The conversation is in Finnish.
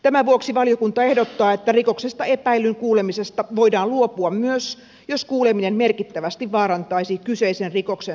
tämän vuoksi valiokunta ehdottaa että rikoksesta epäillyn kuulemisesta voidaan luopua myös jos kuuleminen merkittävästi vaarantaisi kyseisen rikoksen selvittämistä